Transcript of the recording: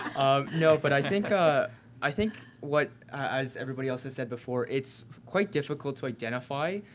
um no, but i think ah i think what as everybody else has said before, it's quite difficult to identify